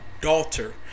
daughter